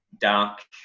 Dark